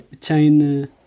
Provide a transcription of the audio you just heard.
China